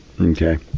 Okay